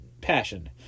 passion